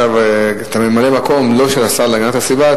לאחר חילופי גברי במשרד הפנים בשנת 2009,